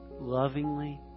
lovingly